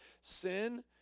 sin